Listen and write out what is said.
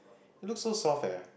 looks so soft leh